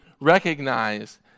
recognize